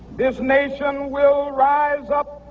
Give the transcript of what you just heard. this nation will rise up,